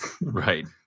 Right